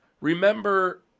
Remember